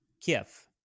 Kiev